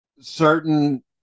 certain